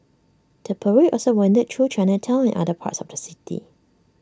the parade also wended through Chinatown and other parts of the city